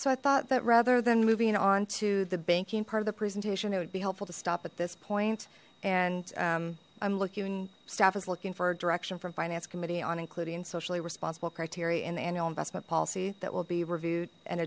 so i thought that rather than moving on to the banking part of the presentation it would be helpful to stop at this point and i'm looking staff is looking for a direction from finance committee on including socially responsible criteria in the annual investment policy that will be reviewed and